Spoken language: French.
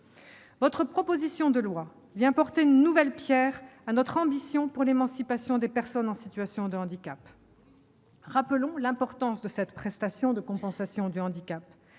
Votre proposition de loi vient porter une nouvelle pierre à notre ambition pour l'émancipation des personnes en situation de handicap. Rappelons l'importance de la prestation de compensation du handicap,